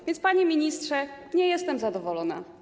A więc, panie ministrze, nie jestem zadowolona.